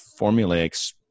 formulaic